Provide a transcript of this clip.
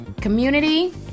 Community